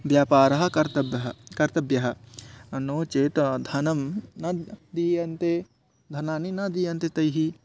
व्यापारः कर्तव्यः कर्तव्यः नो चेत् धनं न दीयन्ते धनं न दीयते तैः